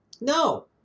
No